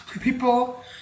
people